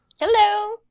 Hello